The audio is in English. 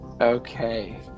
Okay